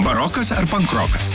barokas ar pankrokas